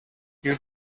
you